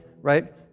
right